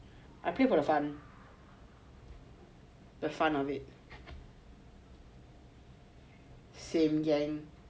I play for the fun for the fun of it same gang